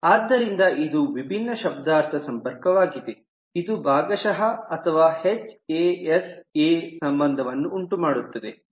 ಆದ್ದರಿಂದ ಇದು ವಿಭಿನ್ನ ಶಬ್ದಾರ್ಥ ಸಂಪರ್ಕವಾಗಿದೆ ಇದು ಭಾಗಶಃ ಅಥವಾ ಹೆಚ್ಎಎಸ್ ಎ HAS A ಸಂಬಂಧವನ್ನು ಉಂಟುಮಾಡುತ್ತದೆ